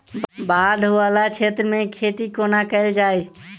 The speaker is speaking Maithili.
बाढ़ वला क्षेत्र मे खेती कोना कैल जाय?